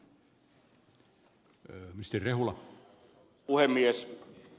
arvoisa puhemies